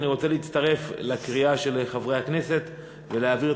אני רוצה להצטרף לקריאה של חברי הכנסת ולהעביר את